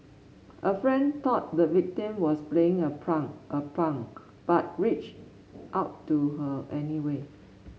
a friend thought the victim was playing a a prank but reached out to her anyway